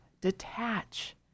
detach